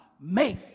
make